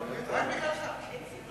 רק בגללך.